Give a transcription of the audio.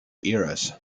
eras